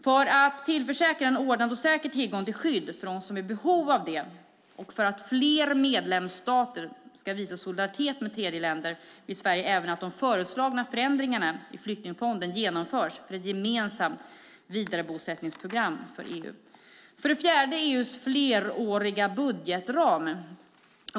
För att tillförsäkra en ordnad och säker tillgång till skydd för dem som är i behov av det och för att få fler medlemsstater att visa solidaritet med tredjeländer vill Sverige även att de föreslagna förändringarna i flyktingfonden genomförs för ett gemensamt vidarebosättningsprogram för EU. För det fjärde handlar det om EU:s fleråriga budgetram.